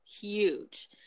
huge